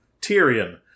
Tyrion